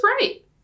right